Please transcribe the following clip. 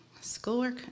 Schoolwork